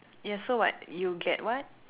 yeah so what you get what